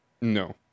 No